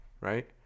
right